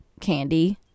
candy